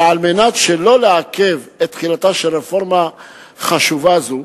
וכדי שלא לעכב את תחילתה של רפורמה חשובה זו,